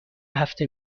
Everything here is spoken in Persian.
هفته